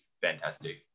fantastic